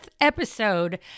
episode